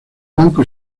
banco